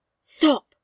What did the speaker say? stop